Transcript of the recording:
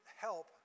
help